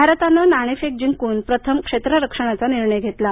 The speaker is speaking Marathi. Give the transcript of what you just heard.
भारतानं नाणेफेक जिंकून प्रथम क्षेत्र रक्षणाचा निर्णय घेतला आहे